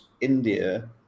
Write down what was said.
india